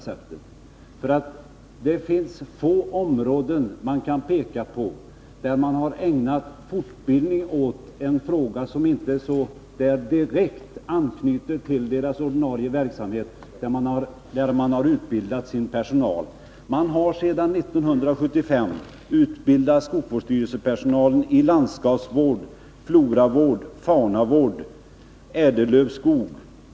Det finns få områden där man har gett personalen så mycket fortbildning för en fråga som inte direkt anknyter till ordinarie verksamhet. Man har sedan 1975 utbildat skogsvårdsstyrelsernas personal när det gäller landskapsvård, floravård, faunavård och ädellövskog.